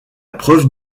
preuve